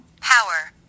Power